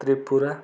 Tripura